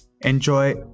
Enjoy